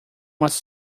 was